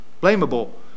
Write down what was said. blamable